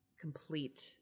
complete